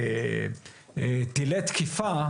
טילי תקיפה,